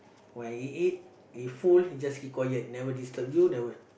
while he eat he eat full he just keep quiet never disturb you never